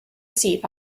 seat